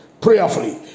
prayerfully